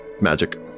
magic